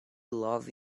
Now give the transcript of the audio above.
love